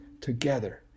together